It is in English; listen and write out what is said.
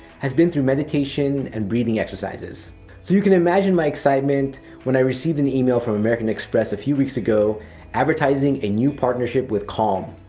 has been through meditation and breathing exercises. so you can imagine my excitement when i received an email from american express a few weeks ago advertising a new partnership with calm.